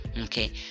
okay